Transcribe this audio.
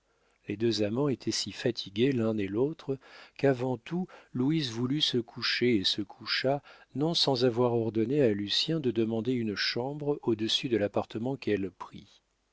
les deux amants étaient si fatigués l'un et l'autre qu'avant tout louise voulut se coucher et se coucha non sans avoir ordonné à lucien de demander une chambre au-dessus de l'appartement qu'elle prit